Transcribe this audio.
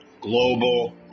global